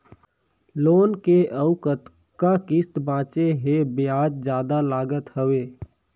Loan के अउ कतका किस्त बांचें हे? ब्याज जादा लागत हवय,